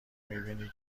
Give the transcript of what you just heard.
میبینی